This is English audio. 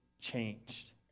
changed